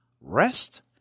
Rest